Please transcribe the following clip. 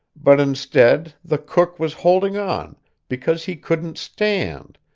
but instead, the cook was holding on because he couldn't stand,